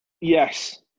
Yes